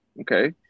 okay